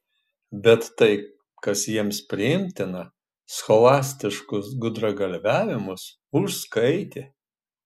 bet tai kas jiems priimtina scholastiškus gudragalviavimus užskaitė